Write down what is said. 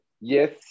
Yes